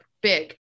big